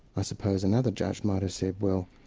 i suppose another judge might have said, well,